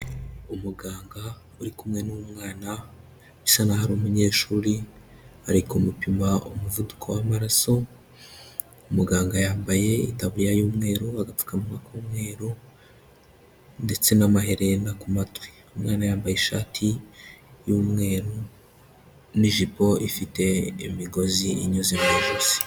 Umuganga uri kumwe n'umwana bisa n'aho ari umunyeshuri ari kumupima umuvuduko w'amaraso, muganga yambaye itaburiya y'umweru, agapfukamunwa k'umweru ndetse n'amaherena ku matwi. Umwana yambaye ishati y'umweru n'ijipo ifite imigozi inyuze mu ijosi.